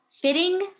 fitting